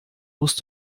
musst